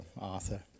Arthur